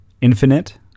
Infinite